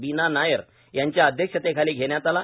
बिना नायर यांच्या अध्यक्षतेखाली घेण्यात आला